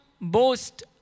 boast